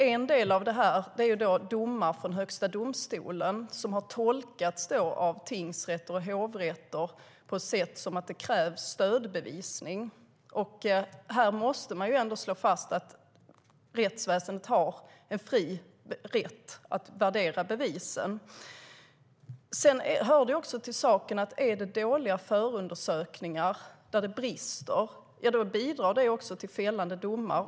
En del av detta beror på att domar från Högsta domstolen har tolkats av tingsrätter och hovrätter som att det krävs stödbevisning. Här måste man slå fast att rättsväsendet har fri rätt att värdera bevisen. Det hör också till saken att dåliga och bristande förundersökningarna bidrar till friande domar.